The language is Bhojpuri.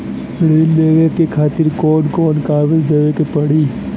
ऋण लेवे के खातिर कौन कोन कागज देवे के पढ़ही?